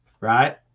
Right